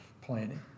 planning